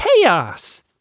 chaos